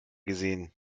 gesehen